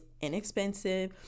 inexpensive